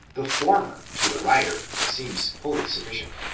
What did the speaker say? the former to the writer seems fully sufficient.